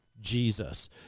Jesus